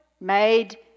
made